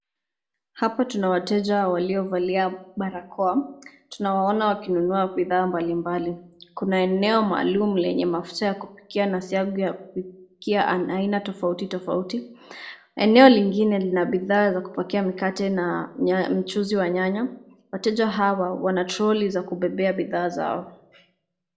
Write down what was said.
Hapa tuna wateja waliovalia barakoa. Tunawaona wakinunua bidhaa mbalimbali. Kuna eneo maalum lenye mafuta ya kupikia na siyagu ya kupikia ya aina tofauti tofauti. Eneo lingine lina bidhaa za kupakia mikate na mchuzi wa nyanya, wateja hawa wanatrolli za kubebea bidhaa zao.